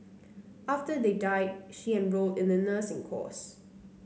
after they died she enrolled in the nursing course